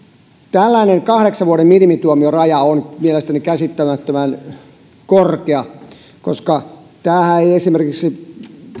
tällainen kahdeksan vuoden minimituomioraja on mielestäni käsittämättömän korkea koska tämähän ei esimerkiksi